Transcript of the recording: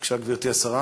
בבקשה, גברתי השרה.